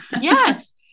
yes